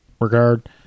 regard